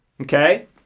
Okay